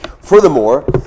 Furthermore